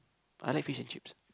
I like fish and chips